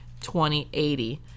2080